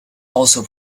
also